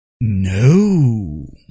No